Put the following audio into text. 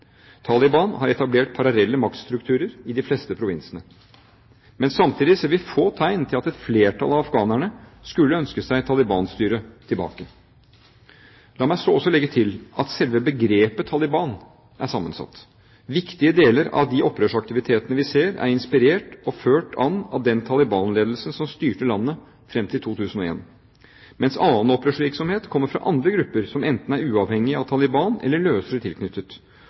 Taliban har etablert parallelle maktstrukturer i de fleste provinsene. Samtidig ser vi få tegn til at et flertall av afghanerne skulle ønske seg Taliban-styret tilbake. La meg så legge til at selve begrepet «Taliban» er sammensatt. Viktige deler av de opprørsaktivitetene vi ser, er inspirert og ført an av den Taliban-ledelsen som styrte landet fram til 2001, mens annen opprørsvirksomhet kommer fra andre grupper som enten er uavhengige av Taliban eller løsere tilknyttet.